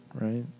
right